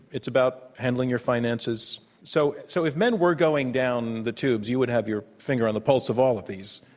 it's about handling your finances, so so if men were going down the tubes, you would have your finger on the pulse of all of these